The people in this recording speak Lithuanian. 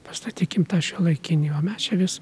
pastatykim tą šiuolaikinį o mes čia vis